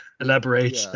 elaborate